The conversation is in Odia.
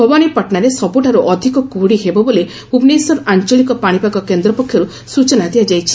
ଭବାନୀପାଟଣାରେ ସବୁଠାରୁ ଅଧିକ କୁହୁଡି ପଡିବ ବୋଲି ଭୁବେନଶ୍ୱର ଆଞଳିକ ପାଣିପାଗ କେନ୍ଦ୍ର ପକ୍ଷରୁ ସୂଚନା ଦିଆଯାଇଛି